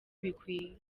bikwiye